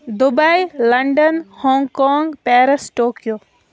Dubai London Hong Kong Paris Tokyo